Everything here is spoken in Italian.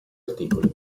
articoli